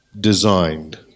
designed